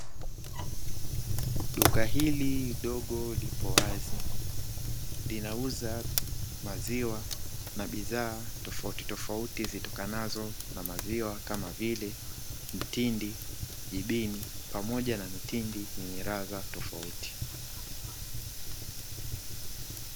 Duka hili dogo lipo wazi, linauza maziwa na bidhaa tofautitofauti zitokanazo na maziwa, kama vile mtindi, jibini, pamoja na mitindi yenye ladha tofauti.